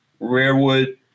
Rarewood